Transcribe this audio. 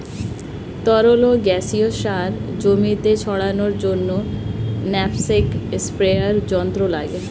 তরল ও গ্যাসীয় সার জমিতে ছড়ানোর জন্য ন্যাপস্যাক স্প্রেয়ার যন্ত্র লাগে